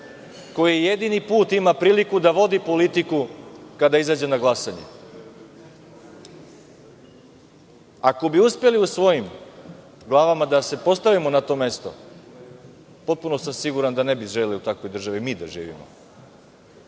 koji je jedini put ima priliku da vodi politiku kada izađe na glasanje? Ako bi uspeli u svojim glavama da se postavimo na to mesto, potpuno sam sigurna da ne bi želeli da u takvoj državi mi da živimo. Kao